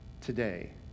Today